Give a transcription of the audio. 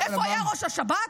איפה היה ראש השב"כ?